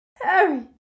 Harry